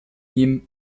ihm